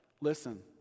listen